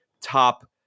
top